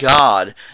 God